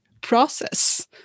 process